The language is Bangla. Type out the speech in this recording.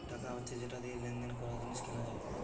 টাকা হচ্ছে যেটা দিয়ে লেনদেন করা, জিনিস কেনা যায়